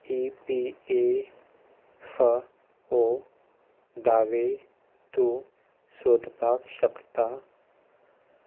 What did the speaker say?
EPFO दावे तूं सोदपाक शकता